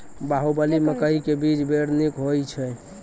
बाहुबली मकई के बीज बैर निक होई छै